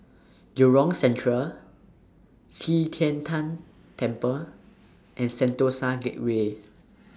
Jurong Central Qi Tian Tan Temple and Sentosa Gateway